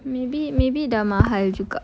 maybe maybe dah mahal juga